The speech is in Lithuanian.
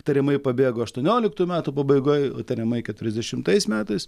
tariamai pabėgo aštuonioliktų metų pabaigoje o tariamai keturiasdešimtais metais